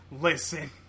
Listen